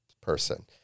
person